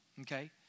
Okay